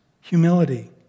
humility